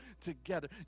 together